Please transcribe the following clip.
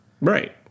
Right